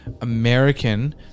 American